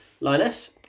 Linus